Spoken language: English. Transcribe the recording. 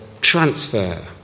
transfer